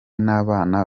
n’abana